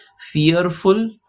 fearful